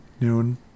noon